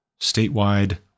statewide